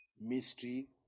mystery